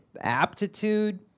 aptitude